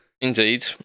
Indeed